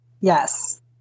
yes